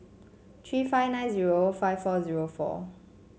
three five nine zero five four zero four